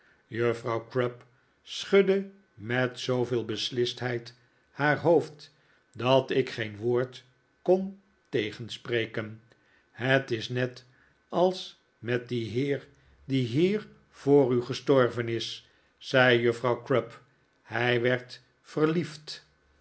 juffrouw crupp schudde met zooveel beslistheid haar hoofd dat ik geen woord kon tegenspreken het is net als met dien heer die hier voor u gestorven is zei juffrouw crupp hij werd verliefd